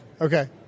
Okay